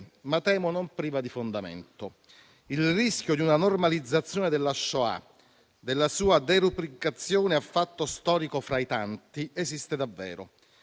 ma temo non priva di fondamento. Il rischio di una normalizzazione della Shoah e della sua derubricazione a fatto storico fra i tanti esiste davvero.